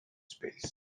space